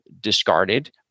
discarded